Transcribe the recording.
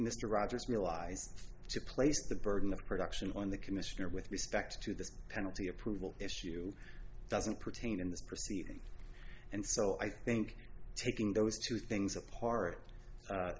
mr rogers realized to place the burden of production on the commissioner with respect to the penalty approval issue doesn't pertain in this proceeding and so i think taking those two things apart